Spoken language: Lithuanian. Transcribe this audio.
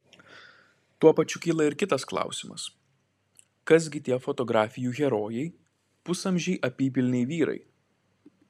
tuo pačiu kyla ir kitas klausimas kas gi tie fotografijų herojai pusamžiai apypilniai vyrai